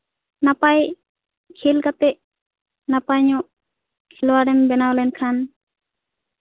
ᱱᱟᱯᱟᱭ ᱠᱷᱮᱞ ᱠᱟᱛᱮ ᱱᱟᱯᱟᱭ ᱧᱚᱜ ᱠᱷᱮᱞᱳᱣᱲᱮᱢ ᱵᱮᱱᱟᱣ ᱞᱮᱱ ᱠᱷᱟᱱ